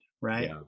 Right